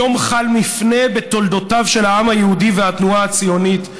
היום חל מפנה בתולדותיו של העם היהודי והתנועה הציונית",